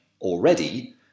already